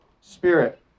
Spirit